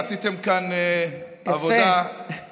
שעשיתם כאן עבודה, יפה.